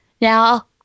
Now